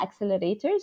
accelerators